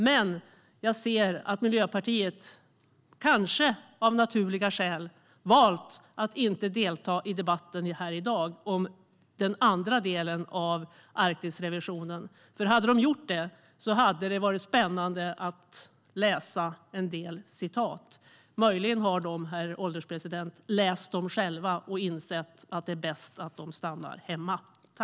Men jag ser att Miljöpartiet - kanske av naturliga skäl - har valt att inte delta i debatten i dag om den andra delen av Arktisrevisionen. Hade de gjort det hade det varit spännande att läsa en del citat. Möjligen har de, herr ålderspresident, läst dem själva och insett att det är bäst att de stannar hemma.